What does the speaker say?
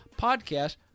podcast